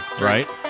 right